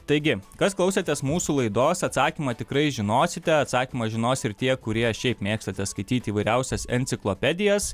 taigi kas klausėtės mūsų laidos atsakymą tikrai žinosite atsakymą žinos ir tie kurie šiaip mėgstate skaityti įvairiausias enciklopedijas